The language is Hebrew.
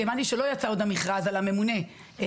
כי הבנתי שלא יצא עוד המכרז על הממונה על הכשרות.